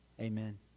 Amen